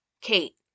Kate